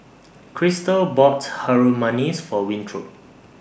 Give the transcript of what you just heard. Christal bought Harum Manis For Winthrop